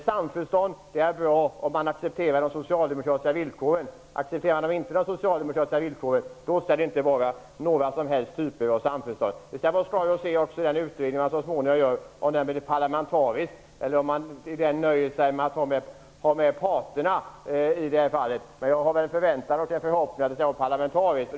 Samförstånd är bra om de andra accepterar de socialdemokratiska villkoren. Accepterar de inte de socialdemokratiska villkoren skall det inte vara något samförstånd. Det skall också bli skojigt att se om den utredning man så småningom tillsätter blir parlamentarisk eller om man nöjer sig med att ta med parterna på arbetsmarknaden. Jag har en förväntan och förhoppning att den skall bli parlamentarisk.